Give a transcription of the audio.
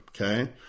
okay